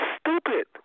stupid